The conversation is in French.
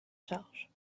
charge